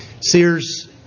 Sears